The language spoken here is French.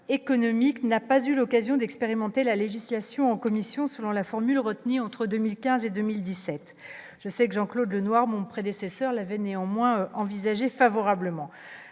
n'a pas eu l'occasion d'expérimenter la législation en commission, selon la formule retenue entre 2015 et 2017, je sais que Jean-Claude Lenoir, mon prédécesseur l'avait néanmoins envisagé favorablement